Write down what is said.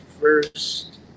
first